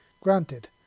Granted